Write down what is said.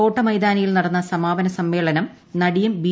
കോട്ടമൈതാനിയിൽ നട്ടസ്സമാപന സമ്മേളനം നടിയും ബി